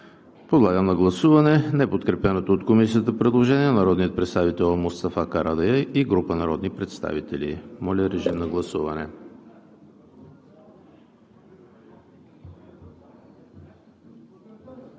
подложа на гласуване неподкрепеното от Комисията предложениe на народния представител Мустафа Карадайъ и група народни представители. (Реплики и уточнения.)